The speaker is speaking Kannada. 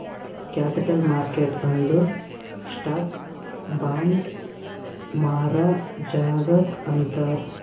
ಕ್ಯಾಪಿಟಲ್ ಮಾರ್ಕೆಟ್ ಅಂದುರ್ ಸ್ಟಾಕ್, ಬಾಂಡ್ ಮಾರಾ ಜಾಗಾಕ್ ಅಂತಾರ್